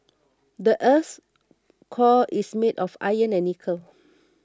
the earth's core is made of iron and nickel